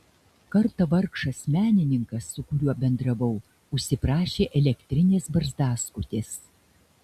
kartą vargšas menininkas su kuriuo bendravau užsiprašė elektrinės barzdaskutės